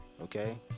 okay